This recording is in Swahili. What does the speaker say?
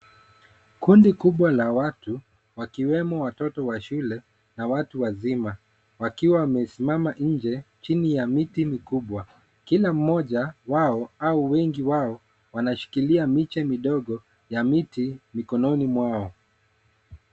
Kundi kubwa la watu, wakiwemo watoto wa shule, na watu wazima, wakiwa wamesimama nje, chini ya miti mikubwa. Kila mmoja, wao, au wengi wao, wanashikilia miche mindogo ya miti, mikononi mwao.